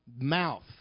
mouth